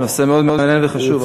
הנושא מאוד מעניין וחשוב,